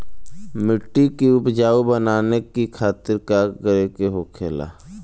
मिट्टी की उपजाऊ बनाने के खातिर का करके होखेला?